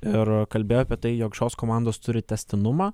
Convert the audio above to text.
ir kalbėjo apie tai jog šios komandos turi tęstinumą